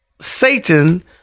Satan